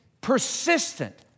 persistent